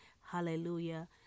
Hallelujah